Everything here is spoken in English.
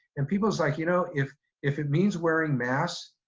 and people's like, you know, if if it means wearing masks,